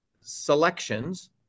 selections